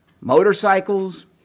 Motorcycles